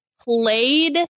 played